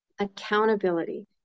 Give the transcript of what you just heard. accountability